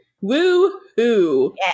Woo-hoo